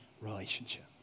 relationship